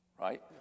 Right